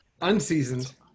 Unseasoned